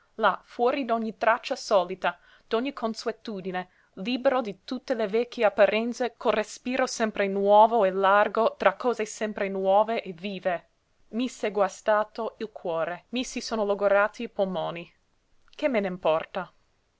là fuori d'ogni traccia solita d'ogni consuetudine libero di tutte le vecchie apparenze col respiro sempre nuovo e largo tra cose sempre nuove e vive i s è guastato il cuore mi si sono logorati i polmoni che me n'importa